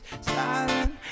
silent